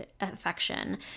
affection